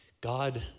God